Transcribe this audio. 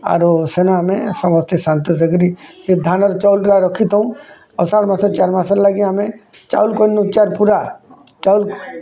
ଆରୁ ସେନ ଆମେ ସମସ୍ତେ ଶାନ୍ତ ଯାଇକିରି ସେ ଧାନର୍ ଚାଉଲ୍ ରଖିଥାଉଁ ଅଷାଢ଼ ମାସ୍ରେ ଜାନୁର୍ ମାସର୍ ଲାଗି ଚାଉଲ୍ କରନୁ ପୁରା ଚାଉଲ୍